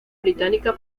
británica